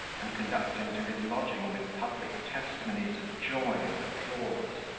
and conduct him to his lodging with public testimonies of joy and applause.